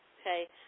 Okay